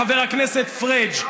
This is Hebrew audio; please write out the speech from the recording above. חבר הכנסת פריג'.